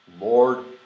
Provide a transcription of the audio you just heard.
Lord